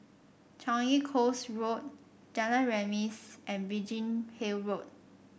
Changi Coast Road Jalan Remis and Biggin Hill Road